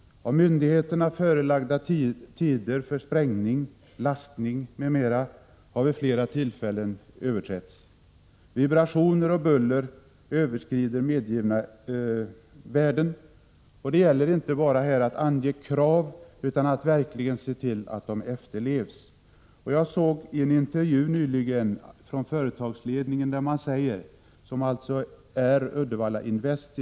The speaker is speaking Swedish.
Av myndigheter förelagda tider för sprängning, lastning m.m. har vid flera tillfällen frångåtts. Vibrationer och buller överskrider medgivna värden. Det gäller att inte bara ange krav utan också att verkligen se till att de efterlevs. Jag såg en intervju nyligen med företagsledningen, som alltså är Uddevalla Invest.